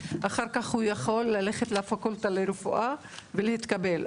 אחר כך הוא יכול ללכת לפקולטה לרפואה ולהתקבל.